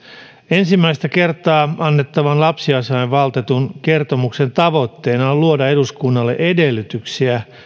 ensimmäistä kertaa annettavan lapsiasiavaltuutetun kertomuksen tavoitteena on luoda eduskunnalle edellytyksiä